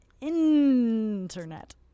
internet